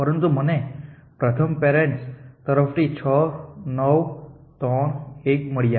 પરંતુ મને પ્રથમ પેરેન્ટ્સ તરફથી 6 9 3 1 મળ્યા